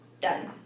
Done